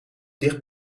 dicht